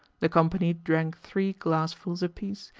the company drank three glassfuls apiece,